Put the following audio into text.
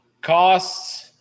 Costs